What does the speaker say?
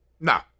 No